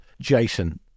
Jason